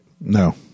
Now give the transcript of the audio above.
No